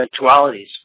eventualities